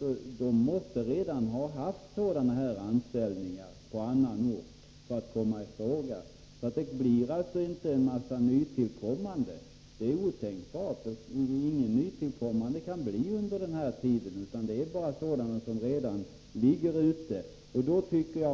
bestämmelser redan måste ha haft anställningar på annan ort för att komma i fråga. Det blir alltså inte en massa nytillkommande — det är otänkbart under den här perioden. Det är bara personer som redan arbetar på annan ort som omfattas av bestämmelserna.